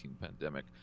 pandemic